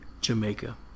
Jamaica